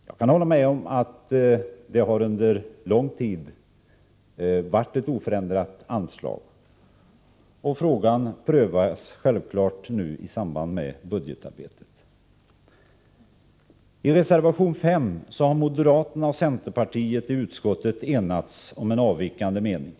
Jag kan hålla med om att det under lång tid varit ett oförändrat anslag, och frågan prövas nu självfallet i samband med budgetarbetet. I reservation 5 har moderaterna och centerpartiet enats om en avvikande mening.